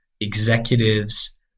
executives